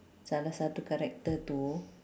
salah satu character too